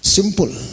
Simple